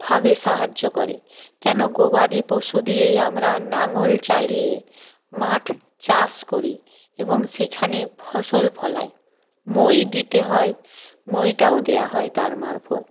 ভাবে সাহায্য করে কেন গবাদি পশু দিয়েই আমরা লাঙল চালিয়ে মাঠ চাষ করি এবং সেখানে ফসল ফলাই মই দিতে হয় মইটাও দেওয়া হয় তার মারফৎ